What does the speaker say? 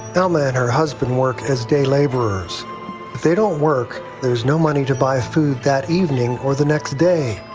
alma and her husband work as day laborers, if they don't work there is no money to buy food that evening or the next day.